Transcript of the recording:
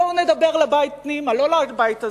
בואו נדבר לבית פנימה, לא לבית הזה,